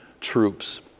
troops